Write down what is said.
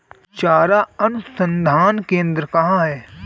चारा अनुसंधान केंद्र कहाँ है?